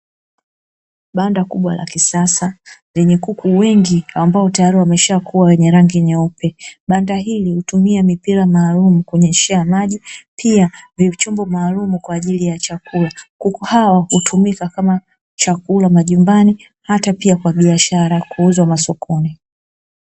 Banda kubwa la kisasa lenye kuku wengi ambao tayari wameshakua wenye rangi nyeupe. Banda hili hutumia mipira maalumu kunyweshea maji pia yenye vichombo maalumu kwa ajili ya chakula. Kuku hawa hutumika kama chakula majumbani hata pia biashara kuuzwa masokoni.